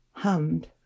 Hummed